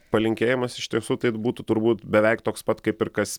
palinkėjimas iš tiesų tai būtų turbūt beveik toks pat kaip ir kas